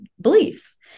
beliefs